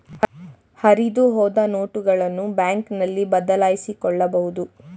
ಹರಿದುಹೋದ ನೋಟುಗಳನ್ನು ಬ್ಯಾಂಕ್ನಲ್ಲಿ ಬದಲಾಯಿಸಿಕೊಳ್ಳಬಹುದು